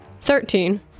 Thirteen